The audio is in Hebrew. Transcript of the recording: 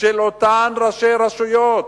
של אותם ראשי רשויות.